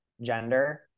gender